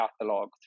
catalog